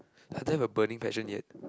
I don't have a burning passion yet